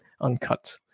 uncut